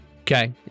Okay